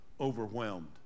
overwhelmed